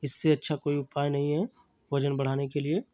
इससे अच्छा कोई उपाय नहीं है वज़न बढ़ाने के लिए